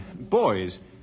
boys